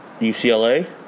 UCLA